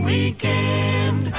Weekend